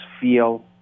feel